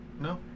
No